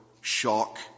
shock